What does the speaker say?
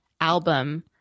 album